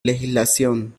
legislación